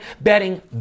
betting